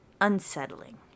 unsettling